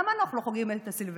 למה אנחנו לא חוגגים את הסילבסטר?